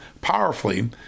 powerfully